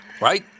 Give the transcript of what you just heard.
Right